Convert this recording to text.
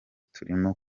turimo